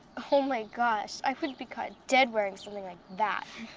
oh my gosh, i wouldn't be caught dead wearing something like that.